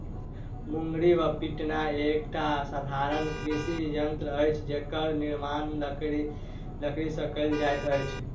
मुंगरी वा पिटना एकटा साधारण कृषि यंत्र अछि जकर निर्माण लकड़ीसँ कयल जाइत अछि